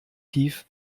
tief